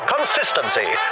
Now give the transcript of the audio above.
Consistency